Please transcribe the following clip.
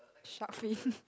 shark fin